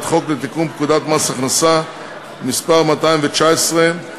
חוק לתיקון פקודת מס הכנסה (מס' 219),